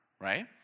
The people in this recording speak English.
right